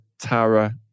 Tara